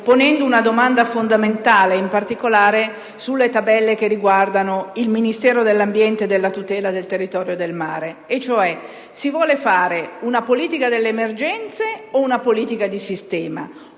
ponendo una domanda fondamentale, soprattutto sulle tabelle riguardanti il Ministero dell'ambiente e della tutela del territorio e del mare. La domanda è se si voglia fare una politica delle emergenze, una politica di sistema